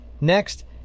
Next